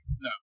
No